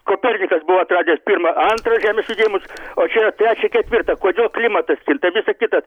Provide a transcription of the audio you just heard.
kopernikas buvo atradęs pirmą antrą žemės judėjimus o trečią ketvirtą kodėl klimatas kinta visa kita